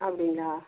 அப்படிங்களா